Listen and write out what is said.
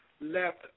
left